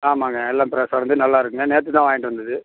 ஆமாங்க எல்லா ஃப்ரஸ்ஸானது நல்லா இருக்குதுங்க நேற்று தான் வாங்கிட்டு வந்தது